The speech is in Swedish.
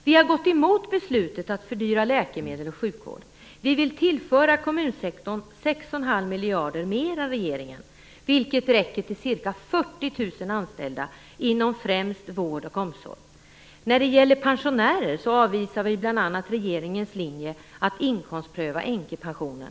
Vi har gått emot beslutet att fördyra läkemedel och sjukvård. Vi vill tillföra kommunsektorn 6,5 miljarder mer än regeringens förslag, vilket räcker till ca 40 000 anställda inom främst vård och omsorg. När det gäller pensionärer avvisar vi bl.a. regeringens linje att inkomstpröva änkepensionen.